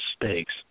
mistakes